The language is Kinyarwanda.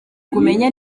kumenya